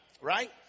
Right